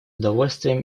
удовольствием